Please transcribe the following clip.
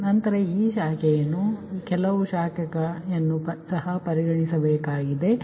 ನಂತರ ಈ ಶಾಖೆಯನ್ನು ಈ ಕೆಲವು ಶಾಖೆಯನ್ನು ಸಹ ಪರಿಗಣಿಸಬೇಕಾಗಿದೆ ಸರಿ